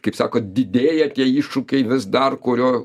kaip sako didėja tie iššūkiai vis dar kurio